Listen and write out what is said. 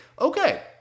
okay